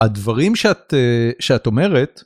הדברים שאת אומרת...